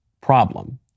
problem